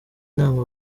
nama